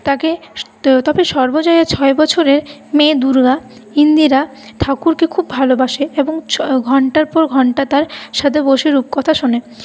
তাকে সর্বজয়ার ছয় বছরের মেয়ে দুর্গা ইন্দির ঠাকরুনকে খুব ভালোবাসে এবং ঘণ্টার পর ঘণ্টা তার সাথে বসে রূপকথা শোনে